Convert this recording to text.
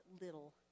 little